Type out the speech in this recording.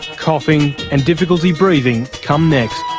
coughing and difficulty breathing come next.